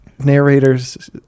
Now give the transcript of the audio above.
narrators